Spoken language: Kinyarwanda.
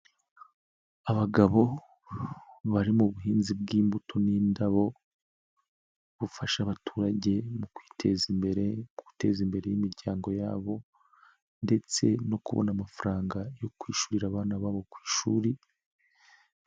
Abagabo bari mu buhinzi bw'imbuto n'indabo, bufasha abaturage mu kwiteza imbere, guteza imbere imiryango yabo ndetse no kubona amafaranga yo kwishyurira abana babo ku ishuri.